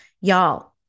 Y'all